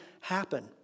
happen